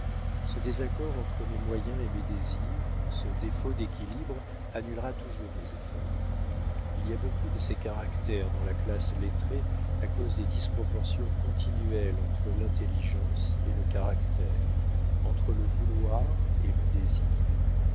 ce désaccord entre mes moyens et mes désirs ce défaut d'équilibre annulera toujours mes efforts il y a beaucoup de ces caractères dans la classe lettrée à cause des disproportions continuelles entre l'intelligence et le caractère entre le vouloir et le désir